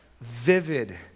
vivid